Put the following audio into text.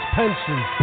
pensions